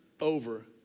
over